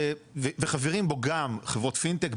וחברות בו גם חברות Fintech,